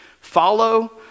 Follow